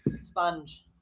Sponge